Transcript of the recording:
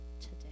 today